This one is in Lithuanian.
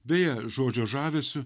beje žodžio žavesiu